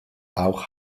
auch